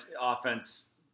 offense